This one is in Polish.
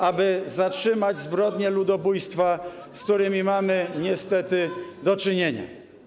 aby zatrzymać zbrodnie ludobójstwa, z którymi mamy niestety do czynienia.